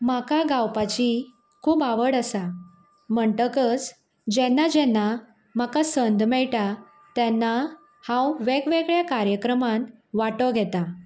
म्हाका गावपाची खूब आवड आसा म्हणटकच जेन्ना जेन्ना म्हाका संद मेळटा तेन्ना हांव वेगवेगळ्या कार्यक्रमांत वांटो घेता